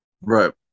Right